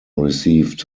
received